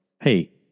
hey